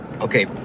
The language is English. Okay